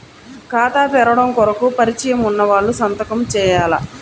ఖాతా తెరవడం కొరకు పరిచయము వున్నవాళ్లు సంతకము చేయాలా?